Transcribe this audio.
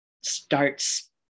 Starts